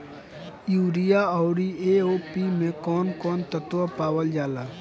Urea औरी AOP मै कौवन कौवन तत्व पावल जाला?